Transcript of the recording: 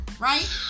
right